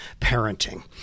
parenting